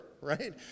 right